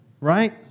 Right